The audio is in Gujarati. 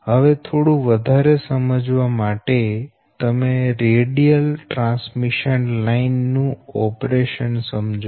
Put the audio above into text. હવે થોડું વધારે સમજવા માટે તમે રેડિયલ ટ્રાન્સમિશન લાઈન નું ઓપરેશન સમજો